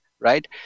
right